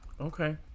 Okay